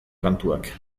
kantuak